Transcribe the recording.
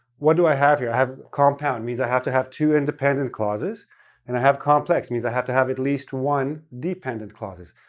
what do i have here? i have compound, means i have to have two independent clauses and i have complex, means i have to have at least one dependent clauses.